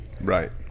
Right